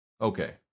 Okay